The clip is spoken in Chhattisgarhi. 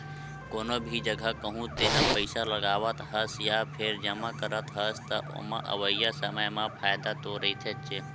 कोनो भी जघा कहूँ तेहा पइसा लगावत हस या फेर जमा करत हस, त ओमा अवइया समे म फायदा तो रहिथेच्चे